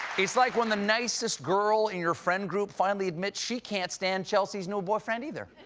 it's like when the nicest girl in your friend group finally admits she can't stand chelsea's new boyfriend, either.